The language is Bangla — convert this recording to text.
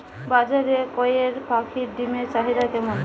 বাজারে কয়ের পাখীর ডিমের চাহিদা কেমন?